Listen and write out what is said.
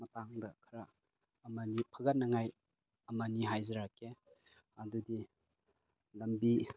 ꯃꯇꯥꯡꯗ ꯈꯔ ꯑꯃꯗꯤ ꯐꯒꯠꯅꯉꯥꯏ ꯑꯃ ꯑꯅꯤ ꯍꯥꯏꯖꯔꯛꯀꯦ ꯑꯗꯨꯗꯤ ꯂꯝꯕꯤ